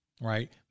right